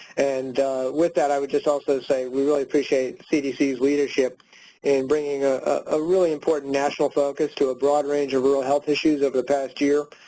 and with that, i would just also say we really appreciate cdc's leadership in bringing a really important national focus to a broad range of rural health issues over the past year,